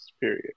period